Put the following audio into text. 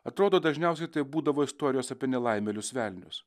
atrodo dažniausiai tai būdavo istorijos apie nelaimėlius velnius